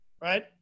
right